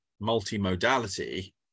multi-modality